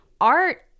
art